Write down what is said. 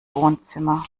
wohnzimmer